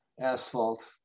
asphalt